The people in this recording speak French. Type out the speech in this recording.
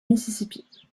mississippi